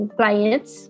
clients